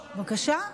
בבקשה,